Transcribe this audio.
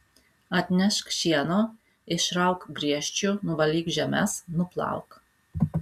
atnešk šieno išrauk griežčių nuvalyk žemes nuplauk